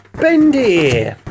Bendy